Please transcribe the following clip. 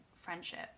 friendship